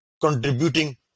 contributing